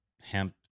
hemp